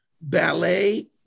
ballet